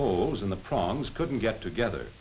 holes in the proms couldn't get together